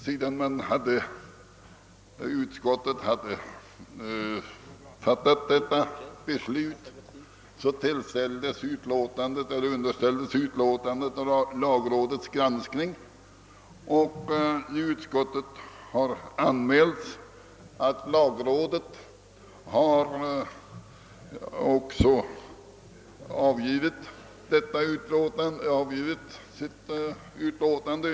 Sedan utskottet hade fattat detta beslut, underställdes utskottsutlåtandet lagrådets granskning, och i utskottet har anmälts, att lagrådet har avgivit utlåtande i frågan.